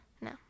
No